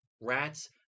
rats